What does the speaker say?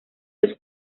los